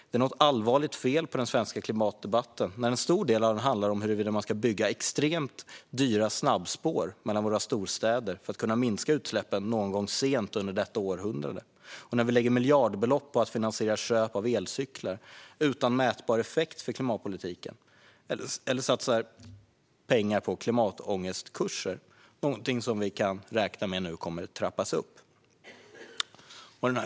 Det är något allvarligt fel på den svenska klimatdebatten. En stor del av den handlar om huruvida man ska bygga extremt dyra snabbspår mellan våra storstäder för att kunna minska utsläppen någon gång sent under detta århundrade. Något är också fel när vi lägger miljardbelopp på att finansiera köp av elcyklar, utan att detta får någon mätbar effekt för klimatpolitiken, eller när vi satsar skattepengar på klimatångestkurser. Vi kan räkna med att denna satsning nu kommer att trappas upp.